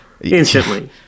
instantly